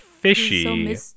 fishy